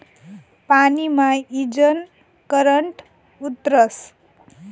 पानी मा ईजनं करंट उतरस